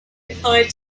applied